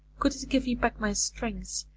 could it give me back my strength,